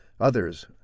others